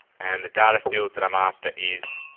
and the data field that i'm after is